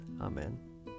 Amen